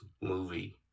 movie